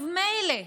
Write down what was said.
מילא,